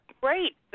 great